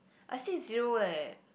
I said zero leh